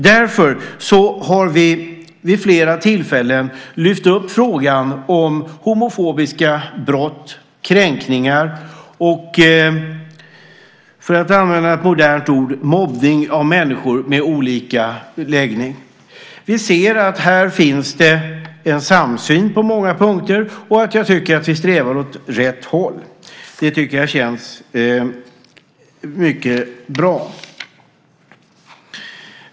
Därför har vi vid flera tillfällen lyft upp frågan om homofobiska brott, kränkningar och, för att använda ett modernt ord, mobbning av människor med olika läggning. Vi ser att det här finns en samsyn på många punkter, och jag tycker att vi strävar åt rätt håll. Det tycker jag känns mycket bra.